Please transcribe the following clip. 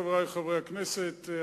חברי חברי הכנסת,